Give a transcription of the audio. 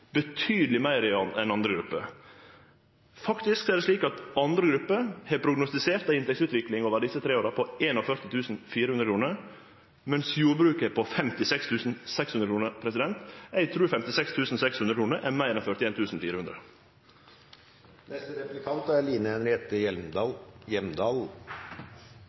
betydeleg meir enn for andre grupper. Det er faktisk slik at andre grupper har prognostisert ei inntektsutvikling for desse tre åra på 41 400 kr, mens jordbruket er på 56 600 kr. Eg trur 56 600 kr er meir enn